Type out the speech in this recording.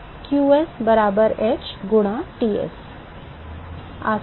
विद्यार्थी qs बराबर h गुणा Ts आसान